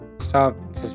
stop